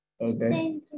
Okay